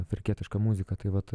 afrikietišką muziką tai vat